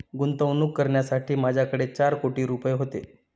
गुंतवणूक करण्यासाठी माझ्याकडे चार कोटी रुपये होते